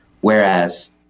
whereas